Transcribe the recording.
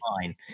fine